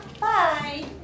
Bye